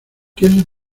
quieres